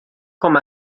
com